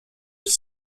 sont